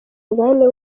mugabane